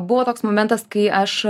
buvo toks momentas kai aš